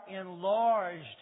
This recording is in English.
enlarged